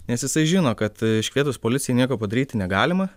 nes jisai žino kad iškvietus policiją nieko padaryti negalima